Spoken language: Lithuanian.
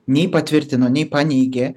nei patvirtino nei paneigė